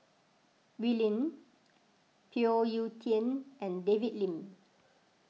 Wee Lin Phoon Yew Tien and David Lim